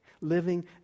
living